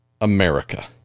America